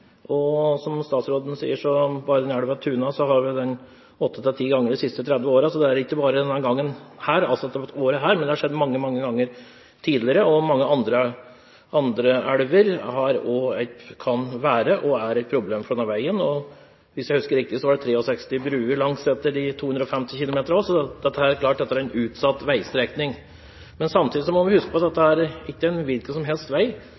og skjer. Som statsråden sier, har bare elven Tunna åtte til ti ganger de siste 30 årene hatt stor isgang. Så det er altså ikke bare dette året det har skjedd, men mange, mange ganger tidligere. Mange andre elver kan også være, og er, et problem for denne veien. Hvis jeg husker riktig, er det også 63 bruer langs de 250 kilometerne, så det er klart at det er en utsatt veistrekning. Men samtidig må vi huske på at dette ikke er en hvilken som helst vei.